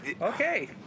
Okay